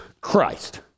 Christ